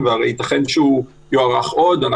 אני רוצה לומר עוד משהו מאוד כללי,